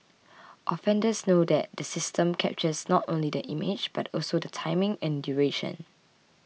offenders know that the system captures not only the image but also the timing and duration